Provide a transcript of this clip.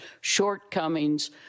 shortcomings